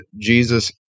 Jesus